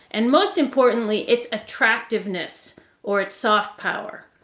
and most importantly its attractiveness or its soft power.